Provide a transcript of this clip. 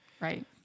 Right